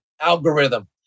algorithm